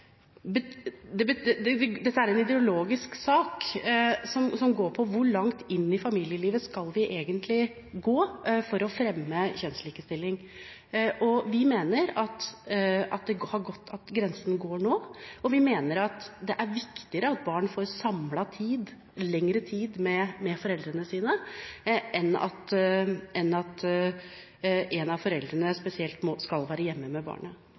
Dette er en ideologisk sak som går på hvor langt inn i familielivet vi egentlig skal gå for å fremme kjønnslikestilling. Vi mener at grensen går nå, og vi mener at det er viktigere at barn får lengre samlet tid med foreldrene sine enn at en av foreldrene spesielt skal være hjemme med